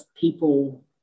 people